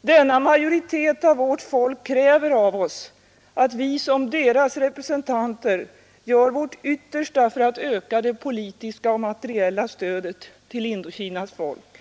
Denna majoritet av vårt folk kräver av oss, att vi som dess representanter gör vårt yttersta för att öka det politiska och materiella stödet till Indokinas folk.